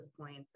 points